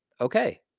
okay